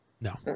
No